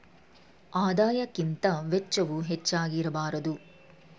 ಆದಾಯಕ್ಕಿಂತ ವೆಚ್ಚವು ಹೆಚ್ಚಾಗಿ ಇರಬಾರದು